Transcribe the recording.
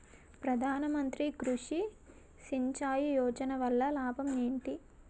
ప్రధాన మంత్రి కృషి సించాయి యోజన వల్ల లాభం ఏంటి?